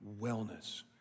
wellness